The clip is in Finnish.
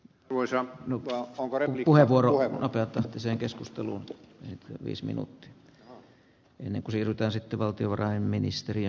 poissa mutta onko renkipuheenvuoroihin ja totesin keskustelu viis minuutti ennenku siltä että päädytään